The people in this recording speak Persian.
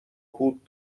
بود